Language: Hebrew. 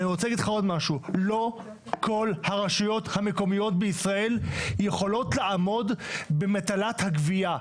לא כל הרשויות המקומיות בישראל יכולות לעמוד במטלת הגבייה,